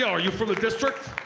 are you from the district?